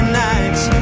nights